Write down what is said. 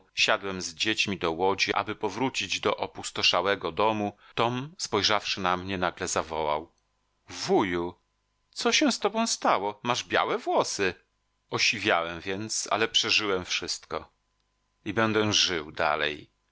siadłem z dziećmi do łodzi aby powrócić do opustoszałego domu tom spojrzawszy na mnie nagle zawołał wuju co się z tobą stało masz białe włosy osiwiałem więc ale przeżyłem wszystko i będę żył dalej